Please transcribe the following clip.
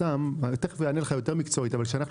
אני תכף אענה לך קצת יותר מקצועית אבל כשאנחנו